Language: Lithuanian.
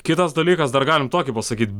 kitas dalykas dar galim tokį pasakyt